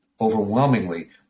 overwhelmingly